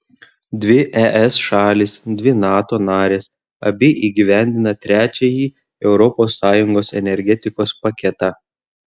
dvi es šalys dvi nato narės abi įgyvendina trečiąjį europos sąjungos energetikos paketą